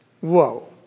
Whoa